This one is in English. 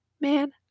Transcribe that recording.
man